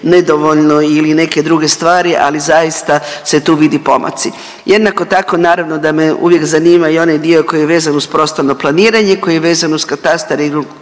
nedovoljno ili neke druge stvari, ali zaista se tu vidi pomaci. Jednako tako naravno da me uvijek zanima i onaj dio koji je vezan uz prostorno planiranje, koji je vezan uz katastar